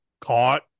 Caught